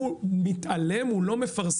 הוא מתעלם הוא לא מפרסם,